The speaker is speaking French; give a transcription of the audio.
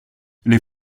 les